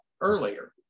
earlier